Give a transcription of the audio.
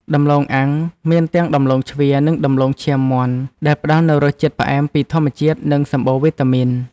ដំឡូងអាំងមានទាំងដំឡូងជ្វានិងដំឡូងឈាមមាន់ដែលផ្តល់នូវរសជាតិផ្អែមពីធម្មជាតិនិងសម្បូរវីតាមីន។